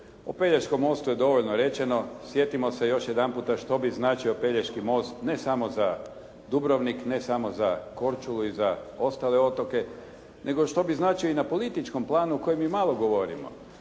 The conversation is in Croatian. O Pelješkom mostu je dovoljno rečeno, sjetimo se još jedan puta što bi znači Pelješki most ne samo za Dubrovnik, ne samo za Korčulu i za ostale otoke, nego što bi značio i na političkom planu o kojem mi malo govorimo.